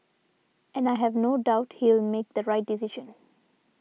and I have no doubt he'll make the right decision